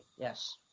Yes